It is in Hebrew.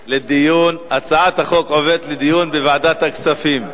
הצעת החוק עוברת לדיון בוועדת הכספים.